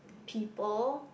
people